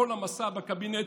כל המשא בקבינט.